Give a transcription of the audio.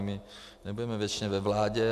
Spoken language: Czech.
My nebudeme věčně ve vládě.